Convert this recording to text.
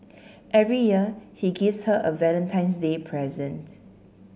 every year he gives her a Valentine's Day present